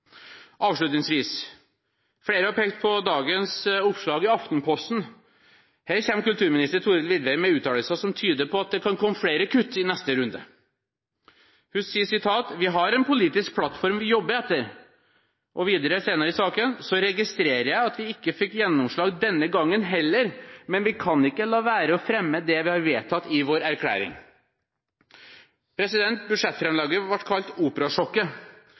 Avslutningsvis: Flere har pekt på dagens oppslag i Aftenposten. Her kommer kulturminister Thorhild Widvey med uttalelser som tyder på at det kan komme flere kutt i neste runde. Hun sier: «Vi har en politisk plattform vi jobber etter.» Og videre, senere i saken: «Så registrerer jeg at vi ikke fikk gjennomslag denne gangen heller, men vi kan ikke la være å fremme det vi har vedtatt i vår erklæring.» Budsjettframlegget ble kalt